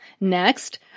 Next